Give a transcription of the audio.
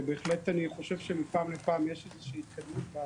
אני בהחלט חושב שמפעם לפעם יש איזושהי התקדמות בהבנה.